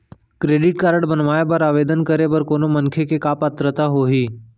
Credit card बनवाए बर आवेदन करे बर कोनो मनखे के का पात्रता होही?